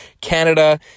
Canada